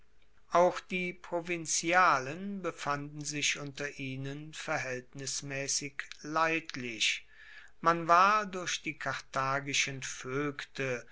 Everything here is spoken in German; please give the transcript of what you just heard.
auch die provinzialen befanden sich unter ihnen verhaeltnismaessig leidlich man war durch die karthagischen voegte